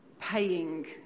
paying